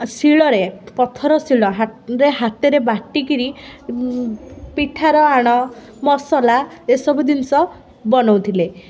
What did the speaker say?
ଶିଳରେ ପଥର ଶିଳରେ ହାତ ହାତରେ ବାଟିକିରି ପିଠାର ଆଣ ମସଲା ଏ ସବୁ ଜିନିଷ ବନଉଥିଲେ